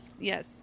Yes